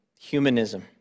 humanism